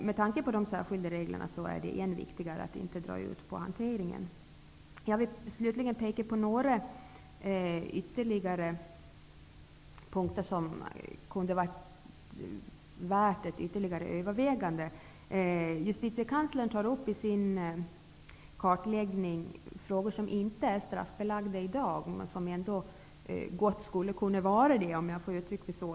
Med tanke på de särskilda reglerna är det än viktigare att inte dra ut på hanteringen. Jag vill slutligen peka på några punkter som skulle vara värda att övervägas ytterligare. Justitiekanslern tar i sin kartläggning upp handlingar som inte är straffbelagda i dag men som ändå gott skulle kunna vara det.